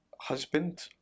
husband